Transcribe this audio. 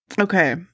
Okay